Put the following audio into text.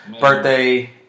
Birthday